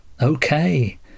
Okay